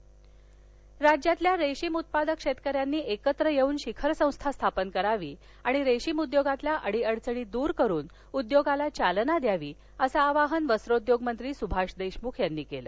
रेशीम उद्योग राज्यातल्या रेशीम उत्पादक शेतकऱ्यांनी एकत्र येऊन शिखर संस्था स्थापन करावी आणि रेशीम उद्योगातील अडीअडचणी दुर करुन उद्योगाला चालना द्यावी असं आवाहन वस्त्रोद्योगमंत्री सुभाष देशमुख यांनी केलं